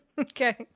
Okay